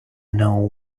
know